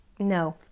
No